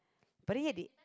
but then yet they